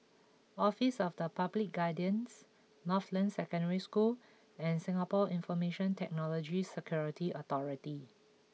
Office of the Public Guardians Northland Secondary School and Singapore Information Technology Security Authority